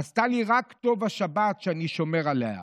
עשתה לי רק טוב השבת שאני שומר עליה.